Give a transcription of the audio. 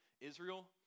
Israel